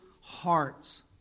hearts